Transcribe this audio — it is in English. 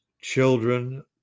children